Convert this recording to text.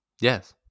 yes